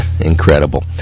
incredible